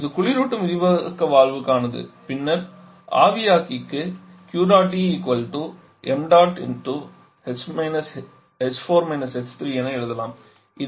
இது குளிரூட்டும் விரிவாக்க வால்வுக்கானது பின்னர் ஆவியாக்கிக்கு என எழுதலாம்